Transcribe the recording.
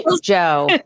Joe